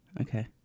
Okay